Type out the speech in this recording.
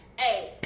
Hey